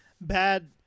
Bad